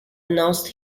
announced